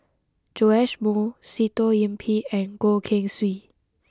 Joash Moo Sitoh Yih Pin and Goh Keng Swee